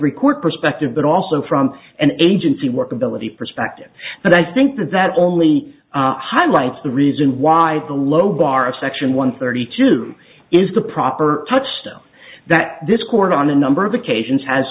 three court perspective but also from an agency workability perspective and i think that that only highlights the reason why the low bar section one thirty two is the proper touchstone that this court on a number of occasions has